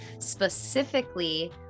specifically